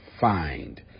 find